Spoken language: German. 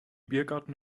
biergarten